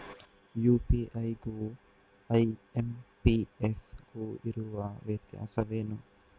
UPI ಗು IMPS ಗು ಇರುವ ವ್ಯತ್ಯಾಸವೇನು?